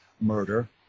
murder